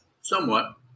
Somewhat